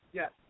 Yes